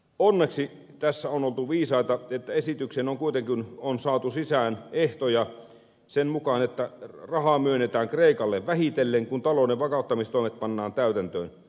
onneksi tässä on oltu viisaita niin että esitykseen on kuitenkin saatu sisään ehtoja sen mukaan että rahaa myönnetään kreikalle vähitellen kun talouden vakauttamistoimet pannaan täytäntöön